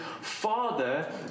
Father